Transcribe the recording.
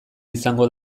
izango